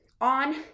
on